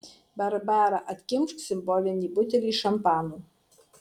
barbara atkimš simbolinį butelį šampano